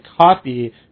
copy